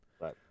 Right